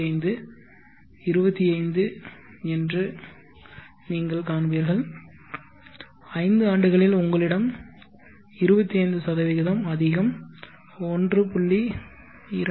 25 25 என்று நீங்கள் காண்பீர்கள் ஐந்து ஆண்டுகளில் உங்களிடம் 25 அதிகம் 1